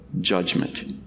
judgment